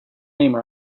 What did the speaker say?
name